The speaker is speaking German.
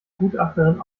gutachterin